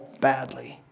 badly